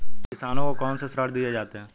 किसानों को कौन से ऋण दिए जाते हैं?